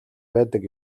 байдаг